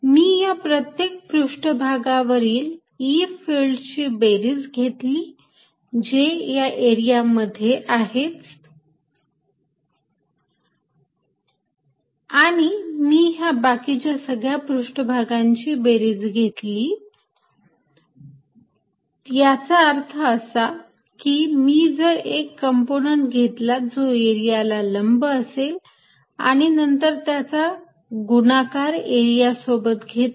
मी या प्रत्येक पृष्ठभागावरील E फिल्डची बेरीज घेतली जे या एरियामध्ये आहेत आणि मी ह्या बाकीच्या सगळ्या पृष्ठभागांची बेरीज घेतली याचा अर्थ असा की मी जर एक कंपोनंट घेतला जो एरियाला लंब असेल आणि नंतर त्याचा गुणाकार एरिया सोबत घेतला